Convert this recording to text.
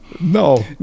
No